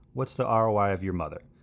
what's the um roi of your mother?